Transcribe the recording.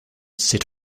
sit